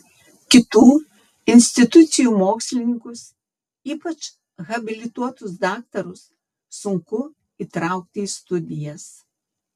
kitų institucijų mokslininkus ypač habilituotus daktarus sunku įtraukti į studijas